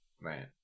man